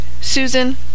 Susan